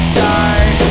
die